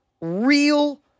real